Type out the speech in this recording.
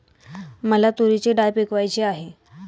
मला तूरीची डाळ पिकवायची आहे